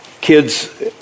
kids